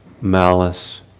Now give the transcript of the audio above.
malice